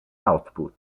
output